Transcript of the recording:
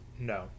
No